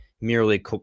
merely